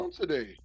today